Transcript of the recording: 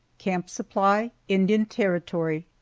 camp supply, indian territory,